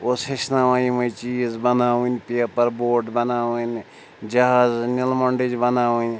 اوس ہیٚچھناوان یِمَے چیٖز بَناوٕنۍ پیپَر بوٹ بَناوٕنۍ جَہازٕ نِلہٕ مۄنٛڈٕج بَناوٕنۍ